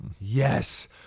Yes